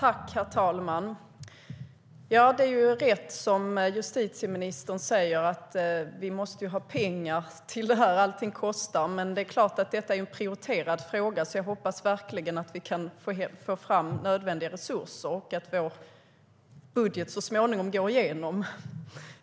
Herr talman! Det är rätt som justitieministern säger, att vi måste ha pengar till det här. Allting kostar, men det är klart att detta är en prioriterad fråga. Därför hoppas jag verkligen att vi kan få fram nödvändiga resurser och att vår budget så småningom går igenom.